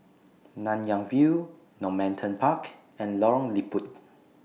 Nanyang View Normanton Park and Lorong Liput